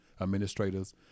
administrators